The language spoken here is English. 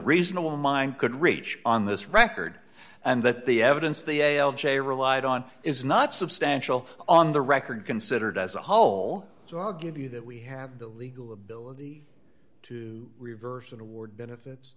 asonable mind could reach on this record and that the evidence they all share relied on is not substantial on the record considered as a whole so i'll give you that we have the legal ability to reverse an award benefits